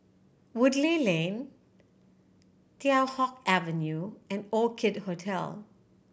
Woodleigh Lane Teow Hock Avenue and Orchid Hotel